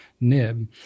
nib